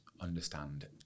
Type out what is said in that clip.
understand